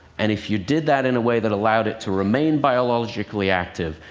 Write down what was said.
and if you did that in a way that allowed it to remain biologically active,